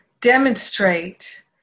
demonstrate